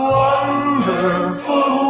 wonderful